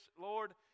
Lord